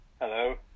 Hello